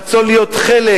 רצון להיות חלק,